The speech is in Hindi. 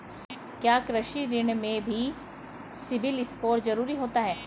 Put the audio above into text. क्या कृषि ऋण में भी सिबिल स्कोर जरूरी होता है?